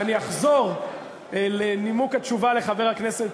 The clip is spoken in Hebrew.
ואני אחזור לנימוק התשובה לחבר הכנסת,